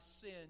sin